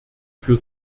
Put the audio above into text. für